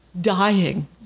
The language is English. dying